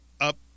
up